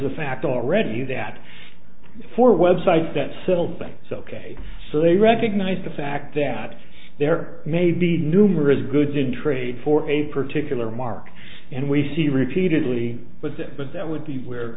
the fact already that for web sites that settle things so ok so they recognize the fact that there may be numerous goods in trade for a particular market and we see repeatedly but that but that would be where